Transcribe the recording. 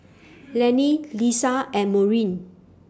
Laney Liza and Maureen